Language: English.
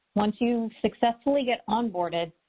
once you successfully get onboarded,